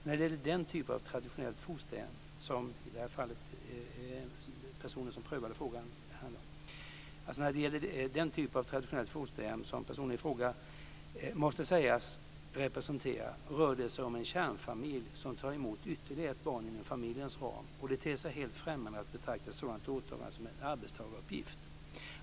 När det gäller den typ av traditionellt fosterhem som personen i fråga måste sägas representera - alltså den person som prövade frågan i just det fall som domen handlar om - rör det sig om en kärnfamilj som tar emot ytterligare ett barn inom familjens ram, och det ter sig helt främmande att betrakta ett sådant åtagande som en arbetstagaruppgift.